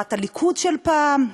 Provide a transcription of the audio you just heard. תורת הליכוד של פעם.